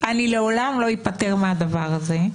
אני לעולם לא אפטר מהדבר הזה,